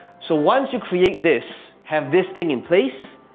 so once you create this, have this thing in place.